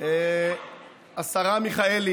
תודה רבה.